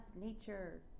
nature